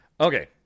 Okay